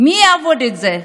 מי יעבוד בזה?